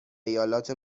ایالات